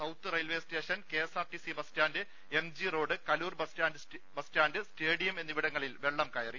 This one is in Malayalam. south railway station K S R T C bus stand M G road Kaloor bus stand stadium എന്നിവിടങ്ങളിൽ വെള്ളം കയറി